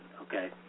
okay